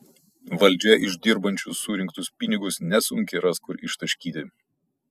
valdžia iš dirbančių surinktus pinigus nesunkiai ras kur ištaškyti